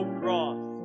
cross